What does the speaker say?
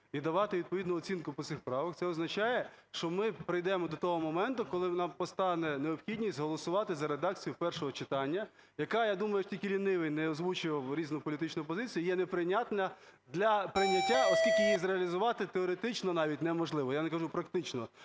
і давати відповідну оцінку по цих правках, це означає, що ми прийдемо до того моменту, коли нам постане необхідність голосувати за редакцією першого читання, яка, я думаю, що тільки лінивий не озвучував різну політичну позицію, є неприйнятна для прийняття, оскільки її зреалізувати теоретично навіть неможливо, я не кажу, практично.